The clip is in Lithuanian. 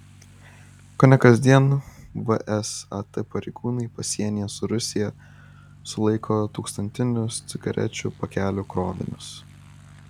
kone kasdien vsat pareigūnai pasienyje su rusija sulaiko tūkstantinius cigarečių pakelių krovinius